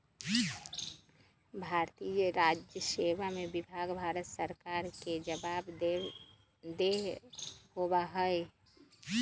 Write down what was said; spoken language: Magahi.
भारतीय राजस्व सेवा विभाग भारत सरकार के जवाबदेह होबा हई